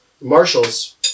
Marshall's